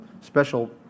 special